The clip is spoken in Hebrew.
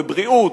בבריאות,